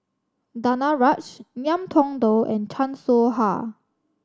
Danaraj Ngiam Tong Dow and Chan Soh Ha